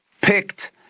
picked